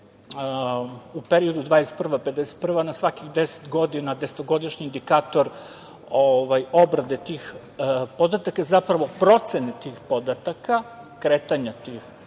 u periodu 2021/51 na svakih deset godina, desetogodišnji indikator obrade tih podata, zapravo procene tih podataka, kretanje podataka